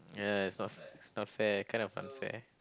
ya it's not it's not fair kind of unfair